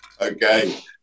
Okay